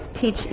teach